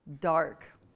dark